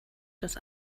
das